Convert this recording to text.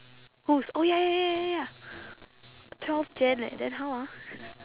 whose oh ya ya ya ya ya twelve jan leh then how ah